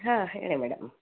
ಹಾಂ ಹೇಳಿ ಮೇಡಮ್